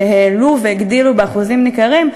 שהעלו והגדילו באחוזים ניכרים,